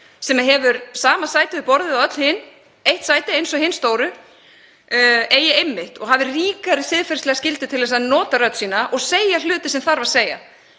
sem hefur sama sæti við borðið og öll hin, eitt sæti eins og hin stóru, eigi einmitt og hafi ríkari siðferðislega skyldu til að nota rödd sína og segja hluti sem þarf að segja,